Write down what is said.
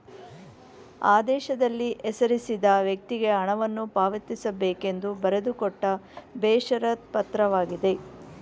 ಆದೇಶದಲ್ಲಿ ಹೆಸರಿಸಿದ ವ್ಯಕ್ತಿಗೆ ಹಣವನ್ನು ಪಾವತಿಸಬೇಕೆಂದು ಬರೆದುಕೊಟ್ಟ ಬೇಷರತ್ ಪತ್ರವಾಗಿದೆ